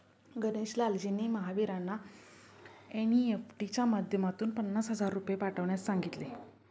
गणेश लालजींनी महावीरांना एन.ई.एफ.टी च्या माध्यमातून पन्नास हजार रुपये पाठवण्यास सांगितले